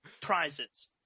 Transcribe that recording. prizes